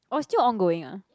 oh it's still on going ah